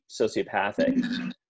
sociopathic